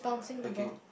okay